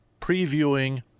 previewing